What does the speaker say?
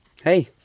Hey